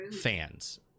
fans